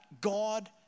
God